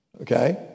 Okay